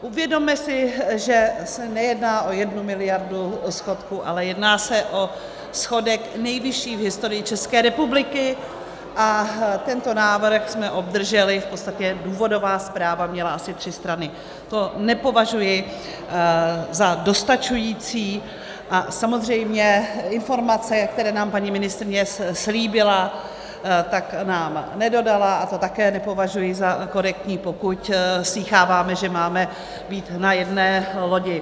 Uvědomme si, že se nejedná o 1 mld. schodku, ale jedná se o schodek nejvyšší v historii České republiky, a tento návrh jsme obdrželi, v podstatě důvodová zpráva měla asi tři strany, to nepovažuji za dostačující, a samozřejmě i informace, které nám paní ministryně slíbila, tak nám nedodala, a to také nepovažuji za korektní, pokud slýcháváme, že máme být na jedné lodi.